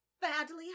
Badly